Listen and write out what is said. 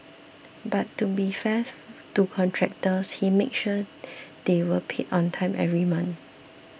but to be fair to contractors he made sure they were paid on time every month